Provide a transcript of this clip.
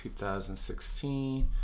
2016